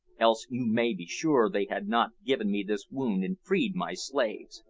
else, you may be sure, they had not given me this wound and freed my slaves.